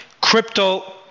Crypto